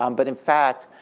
um but in fact,